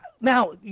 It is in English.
Now